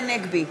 הנגבי,